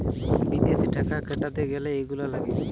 বিদেশে টাকা খাটাতে গ্যালে এইগুলা লাগে